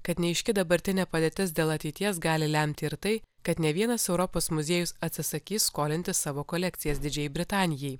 kad neaiški dabartinė padėtis dėl ateities gali lemti ir tai kad ne vienas europos muziejus atsisakys skolinti savo kolekcijas didžiajai britanijai